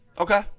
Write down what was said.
Okay